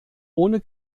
ohne